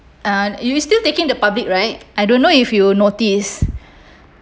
uh you still taking the public right I don't know if you notice